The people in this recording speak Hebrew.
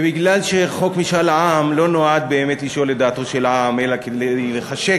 ובגלל שחוק משאל העם לא נועד באמת לשאול את דעתו של העם אלא כדי לחשק